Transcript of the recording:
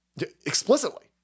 explicitly